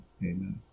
Amen